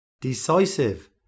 Decisive